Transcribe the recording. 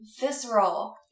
visceral